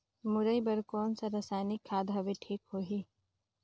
मुरई बार कोन सा रसायनिक खाद हवे ठीक होही?